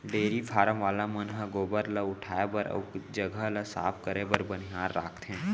dairy farm वाला मन ह गोबर ल उठाए बर अउ जघा ल साफ करे बर बनिहार राखथें